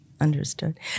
Understood